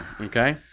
Okay